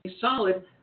solid